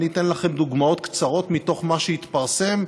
אני אתן לכם דוגמאות קצרות מתוך מה שהתפרסם,